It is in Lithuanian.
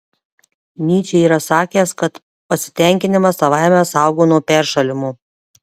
nyčė yra sakęs kad pasitenkinimas savaime saugo nuo peršalimo